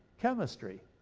chemistry.